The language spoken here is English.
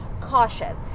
caution